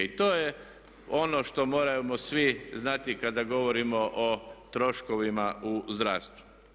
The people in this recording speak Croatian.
I to je ono što moramo svi znati kada govorimo o troškovima u zdravstvu.